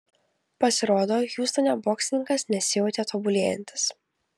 pasirodo hjustone boksininkas nesijautė tobulėjantis